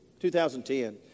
2010